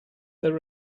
there